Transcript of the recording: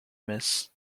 miss